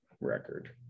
record